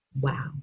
Wow